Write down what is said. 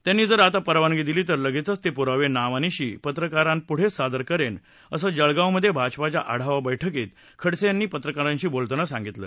त्यांनी जर आता परवानगी दिली तर लगेचच ते पुरावे नावानिशी पत्रकारांपुढे सादर करेन असं जळगावमध्ये भाजपाच्या आढावा बैठकीत खडसे पत्रकारांशी बोलत होते